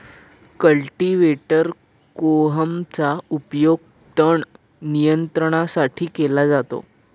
cultivator कोहमचा उपयोग तण नियंत्रणासाठी केला जातो